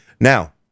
now